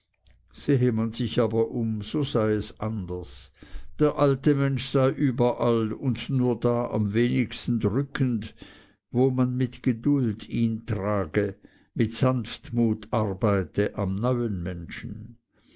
man sich aber um so sei es anders der alte mensch sei überall und nur da am wenigsten drückend wo man mit geduld ihn trage mit sanftmut arbeite am neuen menschen